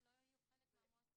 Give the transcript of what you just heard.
הם לא יהיו חלק מהמועצה.